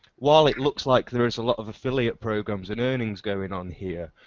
while it looks like there is a lot of affiliate programs and earnings going on here,